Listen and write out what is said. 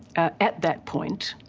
at that point.